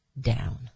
down